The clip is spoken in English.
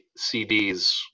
CDs